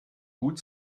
gut